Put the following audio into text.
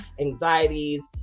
anxieties